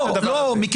לא, לא.